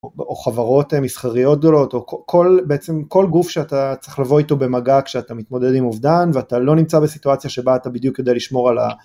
או חברות מסחריות גדולות או כל, בעצם כל גוף שאתה צריך לבוא איתו במגע כשאתה מתמודד עם אובדן ואתה לא נמצא בסיטואציה שבה אתה בדיוק יודע לשמור על ה...